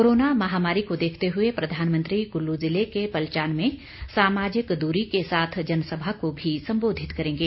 corona महामारी को देखते हुए प्रधानमंत्री कुल्लू जिले के पलचान में सामाजिक दूरी के साथ जनसभा को भी संबोधित करेंगे